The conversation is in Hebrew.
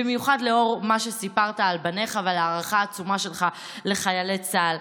במיוחד לאור מה שסיפרת על בניך ועל ההערכה העצומה שלך לחיילי צה"ל: